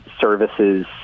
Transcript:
services